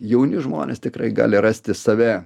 jauni žmonės tikrai gali rasti save